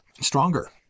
stronger